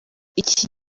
iki